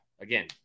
again